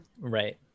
Right